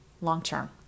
long-term